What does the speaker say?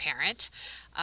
parent